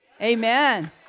Amen